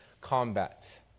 combat